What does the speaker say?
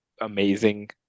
amazing